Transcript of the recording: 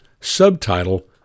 Subtitle